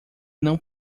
não